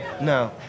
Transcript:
No